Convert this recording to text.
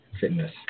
fitness